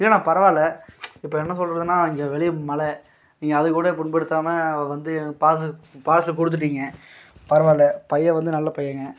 இல்லைண்ணா பரவாயில்லை இப்போ என்ன சொல்கிறதுன்னா இங்கே வெளிய மழை நீங்கள் அதுக்கு கூட புண்படுத்தாமல் வந்து எனக்கு பார்சல் பார்சல் கொடுத்துட்டீங்க பரவாயில்லை பையன் வந்து நல்ல பையங்க